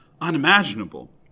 unimaginable